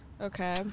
Okay